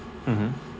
mmhmm